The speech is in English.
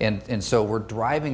and so we're driving